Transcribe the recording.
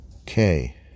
Okay